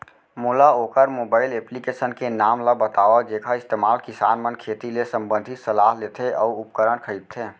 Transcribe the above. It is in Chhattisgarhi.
मोला वोकर मोबाईल एप्लीकेशन के नाम ल बतावव जेखर इस्तेमाल किसान मन खेती ले संबंधित सलाह लेथे अऊ उपकरण खरीदथे?